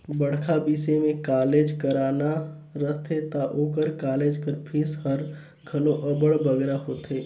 बड़खा बिसे में कॉलेज कराना रहथे ता ओकर कालेज कर फीस हर घलो अब्बड़ बगरा होथे